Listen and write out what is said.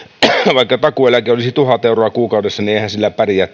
vaikka takuueläke olisi tuhat euroa kuukaudessa niin eihän sillä pärjää